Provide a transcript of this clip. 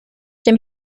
dem